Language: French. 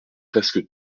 presque